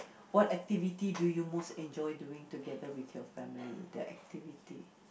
what activity do you most enjoy doing together with your family the activity